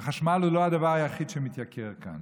החשמל הוא לא הדבר היחיד שמתייקר כאן.